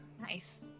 Nice